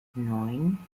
neun